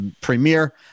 premiere